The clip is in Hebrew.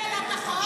מי העלה את החוק?